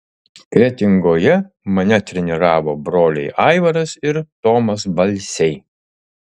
kretingoje mane treniravo broliai aivaras ir tomas balsiai